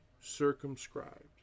circumscribed